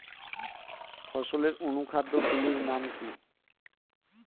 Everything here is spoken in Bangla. ফসলের অনুখাদ্য গুলির নাম কি?